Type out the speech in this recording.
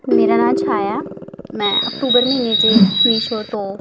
ਮੇਰਾ ਨਾਂ ਛਾਇਆ ਮੈਂ ਅਕਤੂਬਰ ਮਹੀਨੇ 'ਚ ਮੀਸ਼ੋ ਤੋਂ